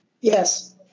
Yes